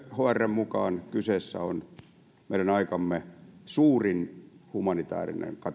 mukaan kyseessä on meidän aikamme suurin humanitäärinen